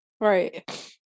Right